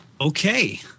Okay